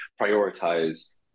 prioritize